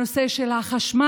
הנושא של החשמל,